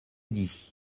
dit